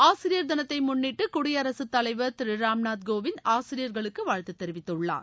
ஆசிரியர் தினத்தை முன்னிட்டு குடியரசுத் தலைவர் திரு ராம்நாத் கோவிந்த் ஆசிரியர்களுக்கு வாழ்த்து தெரிவித்துள்ளார்